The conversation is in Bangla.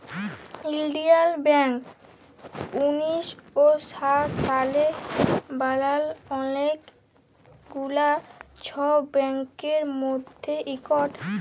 ইলডিয়াল ব্যাংক উনিশ শ সাত সালে বালাল অলেক গুলা ছব ব্যাংকের মধ্যে ইকট